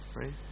right